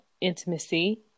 intimacy